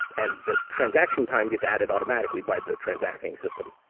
and the transaction time gets added automatically by the transacting system.